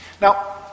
Now